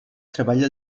treballa